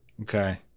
Okay